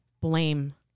blame